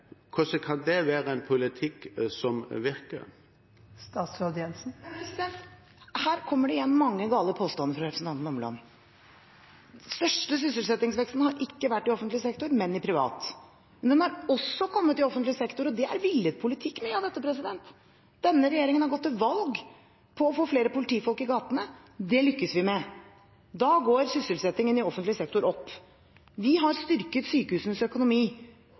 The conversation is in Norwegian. hvordan kan det være en politikk som virker? Her kommer det igjen mange gale påstander fra representanten Omland. Den største sysselsettingsveksten har ikke vært i offentlig sektor, men i privat. Men den har også kommet i offentlig sektor, og det er villet politikk. Denne regjeringen har gått til valg på å få flere politifolk i gatene. Det lykkes vi med. Da går sysselsettingen i offentlig sektor opp. Vi har styrket sykehusenes økonomi.